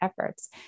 efforts